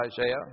Isaiah